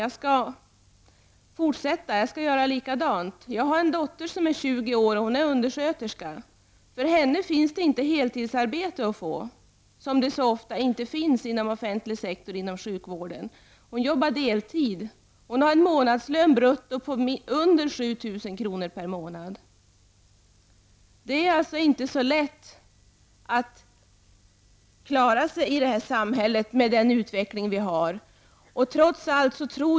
Jag skall tala om mina. Jag har en dotter som är 20 år. Hon är undersköterska. För henne finns det inte heltidsarbete att få, som ofta är fallet i offentlig sektor inom sjukvården. Hon arbetar deltid. Hon har en månadslön brutto under 7 000 kr. per månad. Det är alltså inte så lätt att klara sig i det här samhället med den utveckling som vi har.